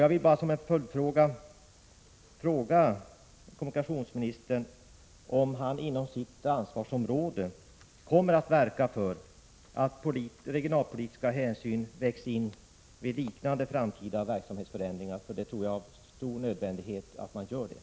Jag vill ställa följdfrågan till kommunikationsministern, om han inom sitt ansvarsområde kommer att verka för att regionalpolitiska hänsyn vägs in vid liknande framtida verksamhetsförändringar. Jag tror att det är mycket nödvändigt att det görs.